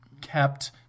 kept